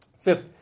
Fifth